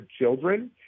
children